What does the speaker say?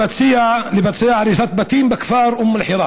פרלמנטרית בעקבות תוצאות בדיקת אירועי אום אל-חיראן.